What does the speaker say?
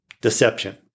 deception